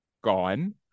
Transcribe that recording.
gone